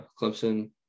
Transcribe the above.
Clemson